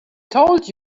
told